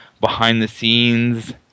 behind-the-scenes